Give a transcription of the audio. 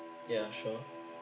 ya sure